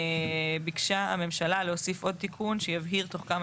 ביקשה הממשלה להוסיף עוד תיקון שיבהיר תוך כמה